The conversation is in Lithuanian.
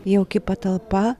jauki patalpa